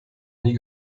nie